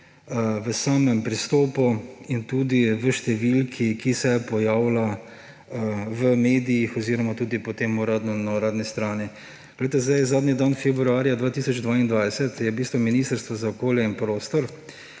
v samem pristopu in tudi v številki, ki se pojavlja v medijih oziroma tudi potem uradno na uradni strani. Poglejte, zadnji dan februarja 2022 je Ministrstvo za okolje in prostor